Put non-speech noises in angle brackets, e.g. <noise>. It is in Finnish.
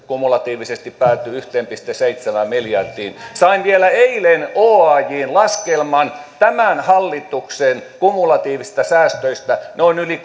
kumulatiivisesti päättyi yhteen pilkku seitsemään miljardiin sain vielä eilen oajn laskelman tämän hallituksen kumulatiivisista säästöistä noin yli <unintelligible>